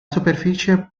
superficie